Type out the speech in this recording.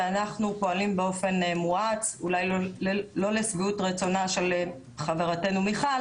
ואנחנו פועלים באופן מואץ אולי לא לשביעות רצונה של חברתנו מיכל